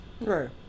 Right